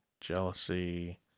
jealousy